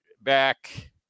back –